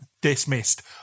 dismissed